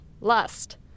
lust